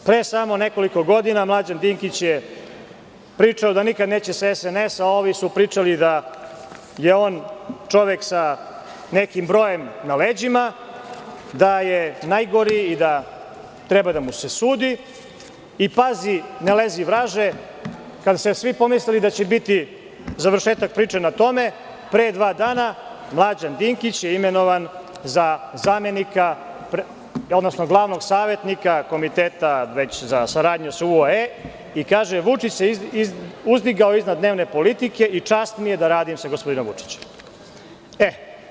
Pre samo nekoliko godina Mlađan Dinkić je pričao da nikad neće sa SNS, a ovi su pričali da je on čovek sa nekim brojem na leđima, da je najgori i da treba da mu se sudi, i pazi, ne lezi vraže, kada su svi pomislili da će biti završetak priče na tome, pre dva dana Mlađan Dinkić je imenovan za glavnog savetnika Komiteta za saradnju sa UAE i kaže – Vučić se uzdigao iznad dnevne politike i čast mi je da radim sa gospodinom Vučićem.